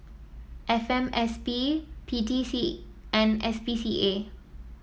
F M S P P T C and S P C A